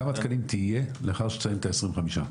כמה תקנים יהיו לאחר שתסיים את קליטת ה-25?